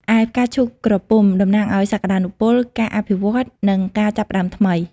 ឯផ្កាឈូកក្រពុំ តំណាងឱ្យសក្ដានុពល ការអភិវឌ្ឍន៍ និងការចាប់ផ្តើមថ្មី។